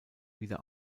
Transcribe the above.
wieder